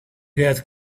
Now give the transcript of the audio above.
get